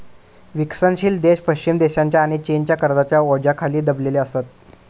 विकसनशील देश पश्चिम देशांच्या आणि चीनच्या कर्जाच्या ओझ्याखाली दबलेले असत